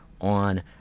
on